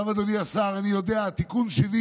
עכשיו, אדוני השר, אני יודע, התיקון שלי